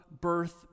birth